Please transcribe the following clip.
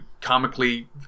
comically